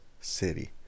City